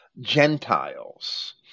gentiles